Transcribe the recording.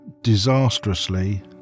disastrously